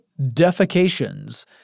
defecations